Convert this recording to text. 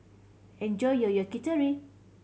enjoy your Yakitori